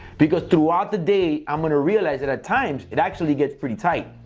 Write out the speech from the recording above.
because throughout the day i'm gonna realize that at times, it actually gets pretty tight.